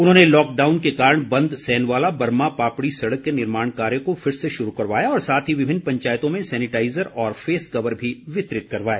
उन्होंने लॉकडाउन के कारण बंद सैनवाला बर्मा पापड़ी सड़क के निर्माण कार्य को फिर से शुरू करवाया और साथ ही विभिन्न पंचायतों में सैनिटाइज़र और फेस कवर भी वितरित करवाए